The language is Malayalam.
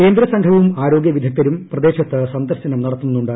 കേന്ദ്ര സംഘവും ആരോഗൃ വിദഗ്ദ്ധരും പ്രദേശത്ത് സന്ദർശനം നടത്തുന്നുണ്ട്